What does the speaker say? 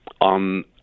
on